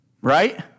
Right